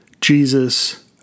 Jesus